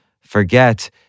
forget